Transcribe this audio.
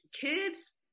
Kids